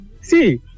see